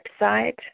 website